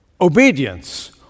obedience